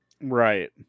Right